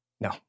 No